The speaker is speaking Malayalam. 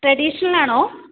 ട്രഡീഷണൽ ആണോ